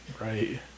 Right